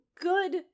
good